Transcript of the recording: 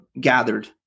gathered